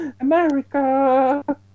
America